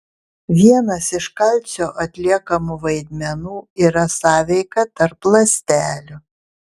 vienas iš kalcio atliekamų vaidmenų yra sąveika tarp ląstelių